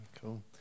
Cool